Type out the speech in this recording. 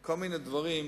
כל מיני דברים,